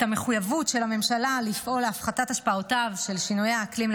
את המחויבות של הממשלה לפעול להפחתת השפעתם של שינויי האקלים,